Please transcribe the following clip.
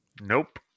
Nope